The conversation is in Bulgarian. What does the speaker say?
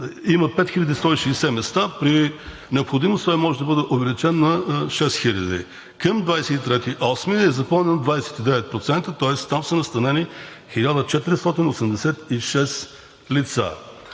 има 5160 места, при необходимост той може да бъде увеличен на 6000. Към 23 август е запълнен на 29%, тоест там са настанени 1486 лица.